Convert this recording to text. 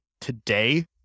today